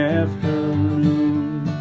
afternoon